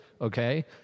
okay